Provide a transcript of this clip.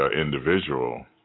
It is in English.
individual